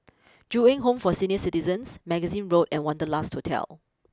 Ju Eng Home for Senior citizens Magazine Road and Wanderlust Hotel